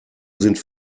sind